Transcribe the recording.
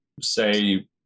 say